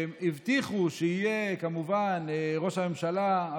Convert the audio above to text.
הבטיחו שיהיה, כמובן, ראש הממשלה.